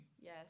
Yes